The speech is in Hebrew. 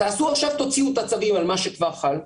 עכשיו תוציאו את הצווים על מה שכבר חל,